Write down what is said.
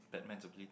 Batman's ability